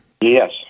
Yes